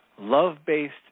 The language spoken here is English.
Love-based